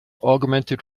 augmented